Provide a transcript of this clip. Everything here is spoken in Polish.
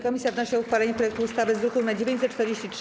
Komisja wnosi o uchwalenie projektu ustawy z druku nr 943.